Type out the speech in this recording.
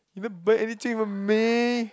you never buy anything for me